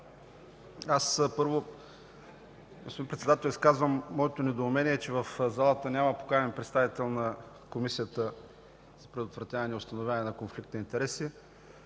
Господин Председател, първо, изказвам моето недоумение, че в залата няма поканен представител на Комисията за предотвратяване и установяване на конфликт на интереси